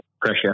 pressure